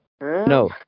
No